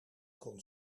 kon